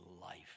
life